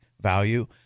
value